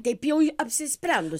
kaip jau apsisprendus